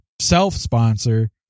self-sponsor